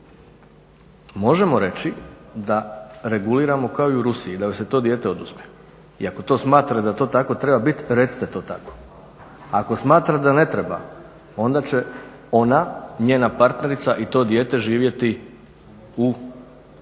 možemo reći da reguliramo, kao i u Rusiji, da joj se to dijete oduzme i ako to smatra da to tako treba biti, recite to tako. Ako smatra da ne treba, onda će ona, njena partnerica i to dijete živjeti u obitelji